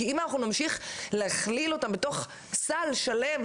כי אם אנחנו נמשיך להכליל אותם בתוך סל שלם,